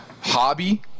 hobby